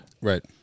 Right